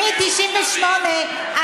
מ-1998,